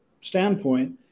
standpoint